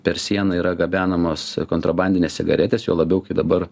per sieną yra gabenamos kontrabandinės cigaretės juo labiau kai dabar